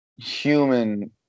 human